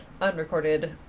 unrecorded